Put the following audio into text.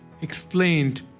explained